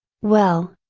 well,